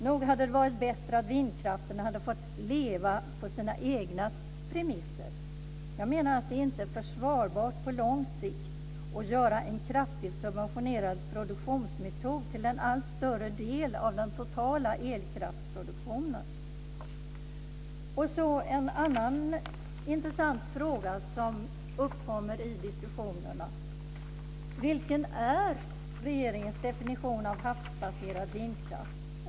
Nog hade det varit bättre om vindkraften hade fått leva på sina egna premisser. Jag menar att det inte är försvarbart på lång sikt att göra en kraftigt subventionerad produktionsmetod till en allt större del av den totala elkraftsproduktionen. En annan intressant fråga som uppkommer i diskussionerna är: Vilken är regeringens definition av havsbaserad vindkraft?